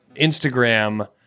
instagram